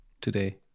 today